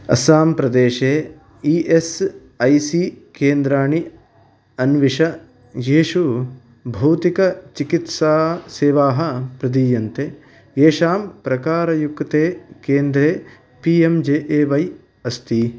अस्सां प्रदेशे E S I C केन्द्राणि अन्विष येषु भौतिकचिकित्सासेवाः प्रदीयन्ते येषां प्रकारयुक्ते केन्द्रे P M J A Y अस्ति